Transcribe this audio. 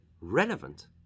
relevant